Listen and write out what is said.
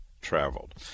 traveled